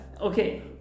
Okay